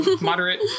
moderate